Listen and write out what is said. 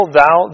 thou